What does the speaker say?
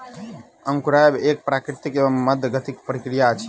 अंकुरायब एक प्राकृतिक एवं मंद गतिक प्रक्रिया अछि